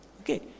Okay